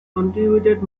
contributed